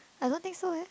I don't think so eh